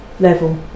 level